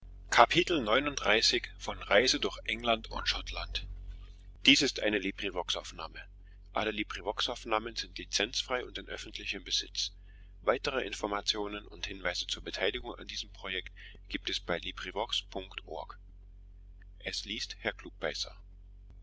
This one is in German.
so gibt es